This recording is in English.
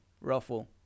ruffle